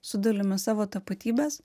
su dalimi savo tapatybės